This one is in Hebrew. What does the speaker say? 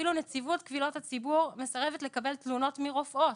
אפילו נציבות קבילות הציבור מסרבת לקבל תלונות מרופאות,